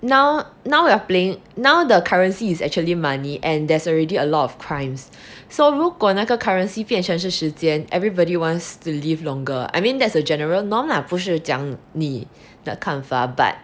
now now you are playing now the currency is actually money and there's already a lot of crimes so 如果那个 currency 变成是时间 everybody wants to live longer I mean there's a general norm la 不是讲你的看法 but